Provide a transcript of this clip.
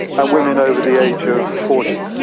and women over the age of forty.